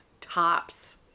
tops